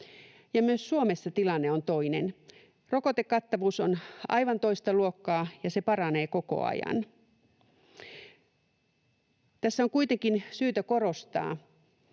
Myös Suomessa tilanne on toinen. Rokotekattavuus on aivan toista luokkaa, ja se paranee koko ajan. Tässä on kuitenkin syytä korostaa,